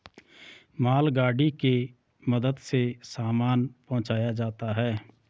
मालगाड़ी के मदद से सामान पहुंचाया जाता है